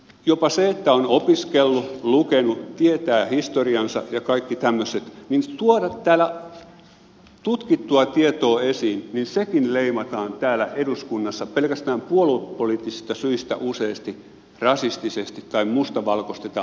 jopa se että on opiskellut lukenut tietää historiansa ja kaikki tämmöiset että tuo täällä tutkittua tietoa esiin sekin leimataan täällä eduskunnassa pelkästään puoluepoliittisista syistä useasti rasistisesti tai mustavalkoistetaan